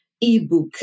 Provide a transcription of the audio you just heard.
ebook